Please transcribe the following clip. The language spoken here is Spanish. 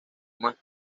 más